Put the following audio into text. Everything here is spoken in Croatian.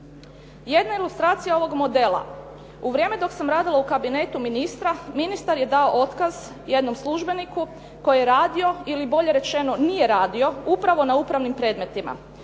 Jedna ilustracija ovog modela. U vrijeme dok sam radila u kabinetu ministra, ministar je dao otkaz jednom službeniku koji je radio ili bolje rečeno nije radio upravo na upravnim predmetima.